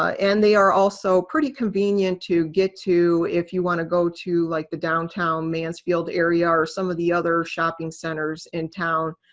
and they are also pretty convenient to get to if you wanna go to like the downtown mansfield area or some of the other shopping centers in town.